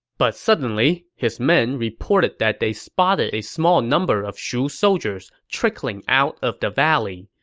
but suddenly, his men reported that they spotted a small number of shu soldiers trickling out of the valley.